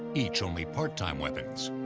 each only part-time weapons.